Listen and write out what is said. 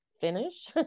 finish